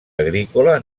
agrícola